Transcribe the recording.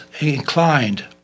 inclined